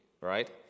right